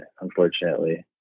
unfortunately